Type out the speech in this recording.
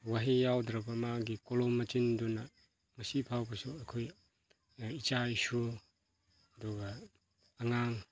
ꯋꯥꯍꯩ ꯌꯥꯎꯗ꯭ꯔꯕ ꯃꯥꯒꯤ ꯀꯣꯂꯣꯝ ꯃꯆꯤꯟꯗꯨꯅ ꯉꯁꯤꯐꯥꯎꯕꯁꯨ ꯑꯩꯈꯣꯏ ꯏꯆꯥ ꯏꯁꯨ ꯑꯗꯨꯒ ꯑꯉꯥꯡ